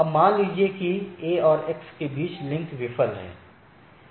अब मान लीजिए कि A और X के बीच लिंक विफल है